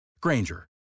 Granger